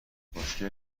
مشکل